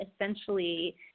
essentially